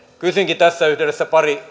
kysynkin tässä yhteydessä parista